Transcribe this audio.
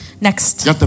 Next